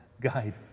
guide